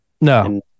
No